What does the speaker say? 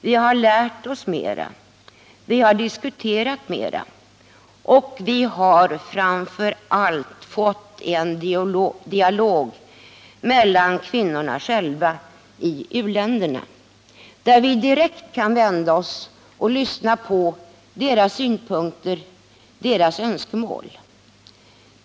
Vi har lärt oss mera, diskuterat mera och framför allt fått en dialog mellan oss och kvinnorna själva i uländerna. Vi kan direkt ta del av deras synpunkter och önskemål.